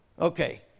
Okay